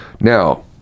now